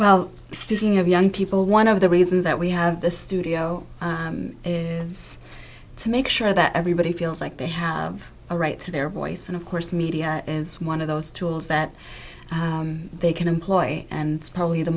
well speaking of young people one of the reasons that we have the studio is to make sure that everybody feels like they have a right to their voice and of course media and one of those tools that they can employ and probably the